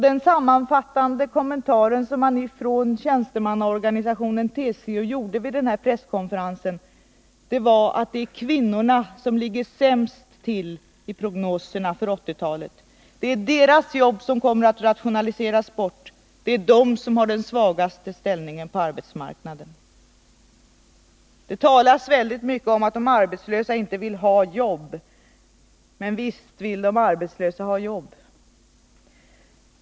Den sammanfattande kommentar som man från tjänstemannaorganisationen TCO gjorde vid denna presskonferens var att det är kvinnorna som ligger sämst till i prognoserna för 1980-talet. Det är deras jobb som kommer att rationaliseras bort. Det är de som har den svagaste ställningen på arbetsmarknaden. Det talas mycket om att de arbetslösa inte vill ha jobb, men visst vill de arbetslösa ha jobb.